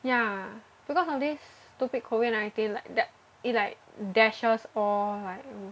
ya because of this stupid COVID nineteen like da~ it like dashes all like